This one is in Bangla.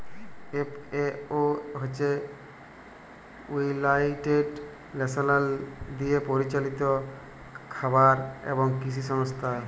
এফ.এ.ও হছে ইউলাইটেড লেশলস দিয়ে পরিচালিত খাবার এবং কিসি সংস্থা